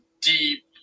deep